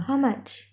how much